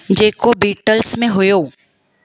जेको बीटल्स में हुयो